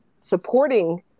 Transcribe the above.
supporting